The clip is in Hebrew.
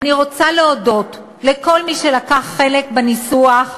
אני רוצה להודות לכל מי שלקח חלק בניסוח,